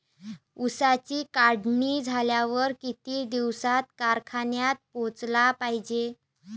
ऊसाची काढणी झाल्यावर किती दिवसात कारखान्यात पोहोचला पायजे?